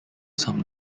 some